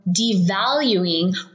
devaluing